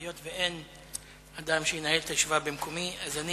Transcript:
היות שאין אדם שינהל את הישיבה במקומי, אני